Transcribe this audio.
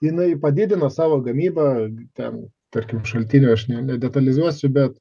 jinai padidino savo gamybą ten tarkim šaltinių aš nedetalizuosiu bet